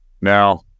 Now